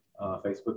facebook